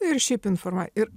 ir šiaip informa ir